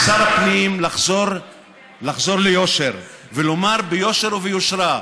לשר לביטחון הפנים לחזור ליושר ולומר ביושר וביושרה,